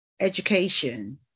education